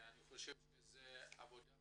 זו עבודה